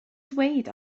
dweud